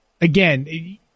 again